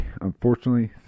unfortunately